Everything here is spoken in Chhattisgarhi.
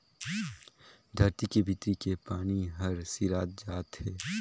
धरती के भीतरी के पानी हर सिरात जात हे